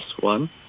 one